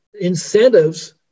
incentives